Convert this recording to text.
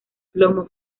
plomo